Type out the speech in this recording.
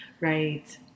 Right